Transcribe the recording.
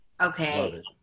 Okay